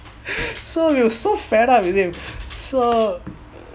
so we were so fed up with him so